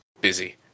busy